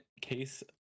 case